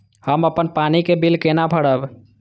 हम अपन पानी के बिल केना भरब?